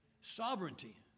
Sovereignty